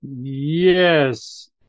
Yes